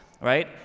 right